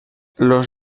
los